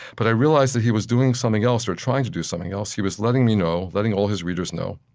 but i realized that he was doing something else, or trying to do something else. he was letting me know, letting all his readers know,